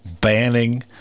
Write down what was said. banning